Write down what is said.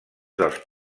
dels